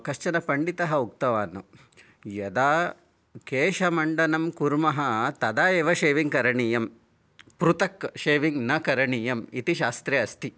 कश्चन पण्डितः उक्तवान् यदा केशमण्डनं कुर्मः तदा एव षेविङ्ग् करणीयम् पृथक् षेविङ्ग् न करणीयम् इति शास्त्रे अस्ति